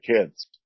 kids